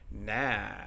Nah